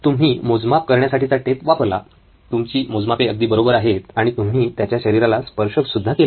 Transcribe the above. तुम्ही मोजमाप करण्यासाठीचा टेप वापरला तुमची मोजमापे अगदी बरोबर आहेत आणि तुम्ही त्याच्या शरीराला स्पर्श सुद्धा केलात